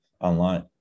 online